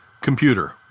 Computer